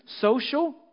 social